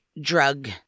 drug